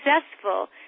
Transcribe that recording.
successful